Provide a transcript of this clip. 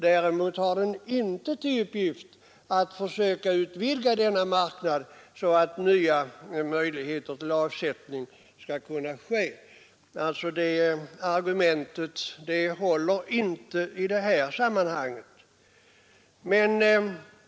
Däremot har den inte till uppgift att försöka utvidga denna marknad så att nya möjligheter till avsättning skapas. Herr Mossbergers argument håller alltså inte i det här sammanhanget.